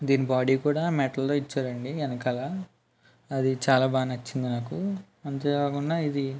దీని బాడీ కూడా మెటల్దే ఇచ్చారండీ ఎనకాల అది చాలా బాగా నచ్చింది నాకు అంతే కాకుండా ఇది